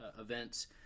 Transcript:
events